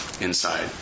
inside